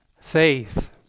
faith